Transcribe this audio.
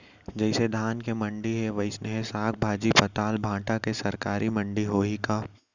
जइसे धान के मंडी हे, वइसने साग, भाजी, पताल, भाटा के सरकारी मंडी होही का?